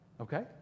Okay